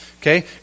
Okay